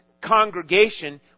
congregation